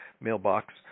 mailbox